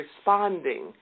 responding